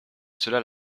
cela